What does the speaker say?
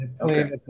okay